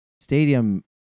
stadium